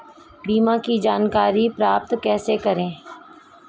बीमा की जानकारी प्राप्त कैसे करें?